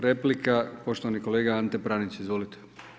Replika poštovani kolega Ante Pranić, izvolite.